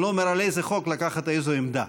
אני לא אומר על איזה חוק לקחת איזו עמדה,